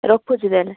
ରଖୁଛି ତାହେଲେ